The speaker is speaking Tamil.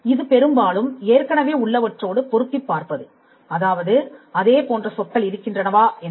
இது பெரும்பாலும் ஏற்கனவே உள்ளவற்றோடு பொருத்திப் பார்ப்பது அதாவது அதே போன்ற சொற்கள் இருக்கின்றனவா என்று